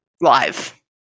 live